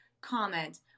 comment